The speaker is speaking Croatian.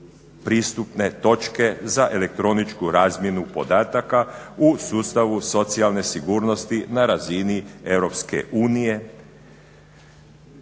pristupne točke za elektroničku razmjenu podataka u sustavu socijalne sigurnosti na razini